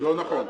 לא נכון.